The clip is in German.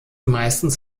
meistens